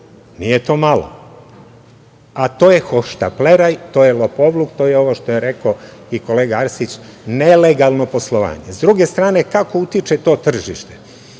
nije malo, jer to je hoštapleraj, to je lopovluk, to je ovo što je rekao i kolega Arsić, nelegalno poslovanje. Sa druge strane, kako utiče to tržište?